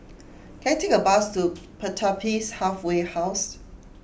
can I take a bus to Pertapis Halfway House